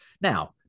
now